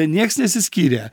nieks nesiskyrė